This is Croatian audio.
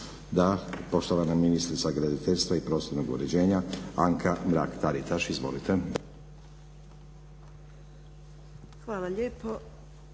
Da. Poštovana ministrica graditeljstva i prostornog uređenja Anka Mrak Taritaš. Izvolite.